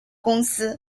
公司